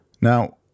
Now